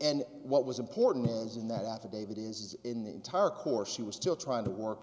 and what was important in that affidavit is in the entire course she was still trying to work